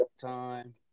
time